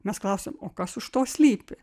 mes klausiam o kas už to slypi